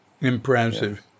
Impressive